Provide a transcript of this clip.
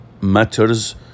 matters